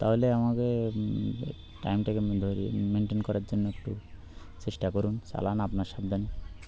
তাহলে আমাকে টাইমটাকে এমনি ধরুন মেনটেন করার জন্য একটু চেষ্টা করুন চালান আপনার সাবধানে